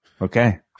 Okay